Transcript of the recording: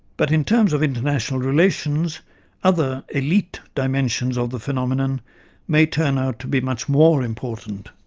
but in terms of international relations other, elite, dimensions of the phenomenon may turn out to be much more important.